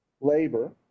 labor